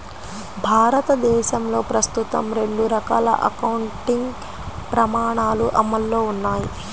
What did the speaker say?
భారతదేశంలో ప్రస్తుతం రెండు రకాల అకౌంటింగ్ ప్రమాణాలు అమల్లో ఉన్నాయి